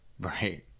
Right